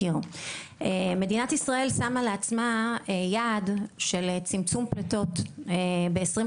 מדינת ישראל שמה לעצמה יעד של צמצום פליטות ב- 2050